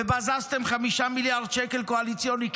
ובזזתם 5 מיליארד שקל קואליציוני.